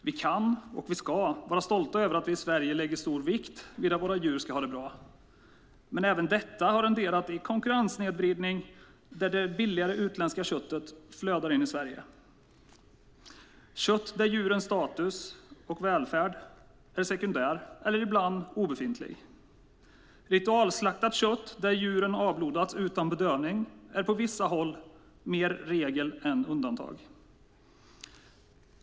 Vi kan och ska vara stolta över att vi i Sverige lägger stor vikt vid att våra djur ska ha det bra, men även detta har resulterat i en konkurrenssnedvridning där det billigare utländska köttet flödar in i Sverige - kött där djurens status och välvärd är sekundär eller ibland obefintlig. Ritualslaktat kött där djuren avblodas utan bedövning är på vissa håll mer regel än undantag.